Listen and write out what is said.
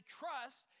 trust